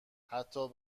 حتی